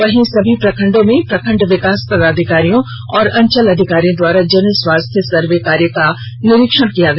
वहीं सभी प्रखण्डों में प्रखण्ड विकास पदाधिकारियों व अंचल अधिकारियों द्वारा जन स्वास्थ्य सर्वे कार्य का निरीक्षण किया गया